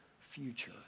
future